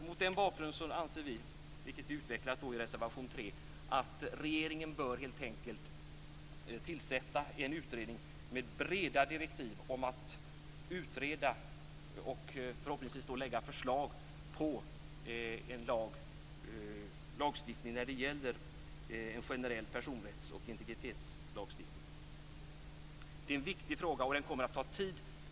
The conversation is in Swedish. Mot denna bakgrund anser vi, vilket vi utvecklat i reservation 3, att regeringen helt enkelt bör tillsätta en utredning med breda direktiv om att utreda och förhoppningsvis lägga fram förslag om en generell personrätts och integritetslagstiftning. Det är en viktig fråga, och den kommer att ta tid.